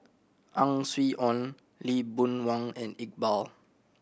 Ang Swee Aun Lee Boon Wang and Iqbal